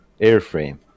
airframe